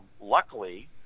luckily